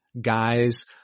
guys